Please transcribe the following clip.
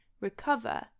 recover